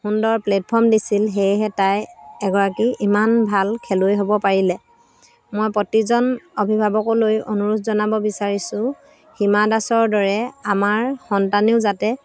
সুন্দৰ প্লেটফৰ্ম দিছিল সেয়েহে তাই এগৰাকী ইমান ভাল খেলুৱৈ হ'ব পাৰিলে মই প্ৰতিজন অভিভাৱকলৈ অনুৰোধ জনাব বিচাৰিছোঁ হিমা দাসৰ দৰে আমাৰ সন্তানেও যাতে